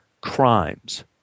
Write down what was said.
Crimes